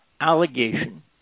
allegation